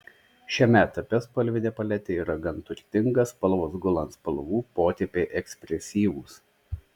šiame etape spalvinė paletė yra gan turtinga spalvos gula ant spalvų potėpiai ekspresyvūs